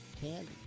candy